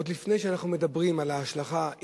עוד לפני שאנחנו מדברים על ההשלכה,